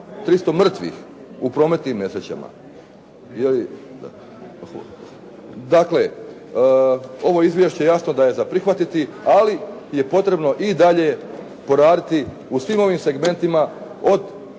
300 mrtvih u prometnim nesrećama. Dakle, ovo izvješće jasno da je za prihvatiti, ali je potrebno i dalje poraditi u svim ovim segmentima od